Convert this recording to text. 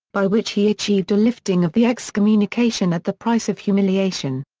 by which he achieved a lifting of the excommunication at the price of humiliation.